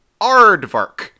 Aardvark